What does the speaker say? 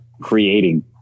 creating